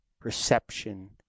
perception